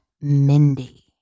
Mindy